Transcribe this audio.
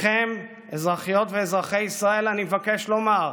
לכם, אזרחיות ואזרחי ישראל, אני מבקש לומר: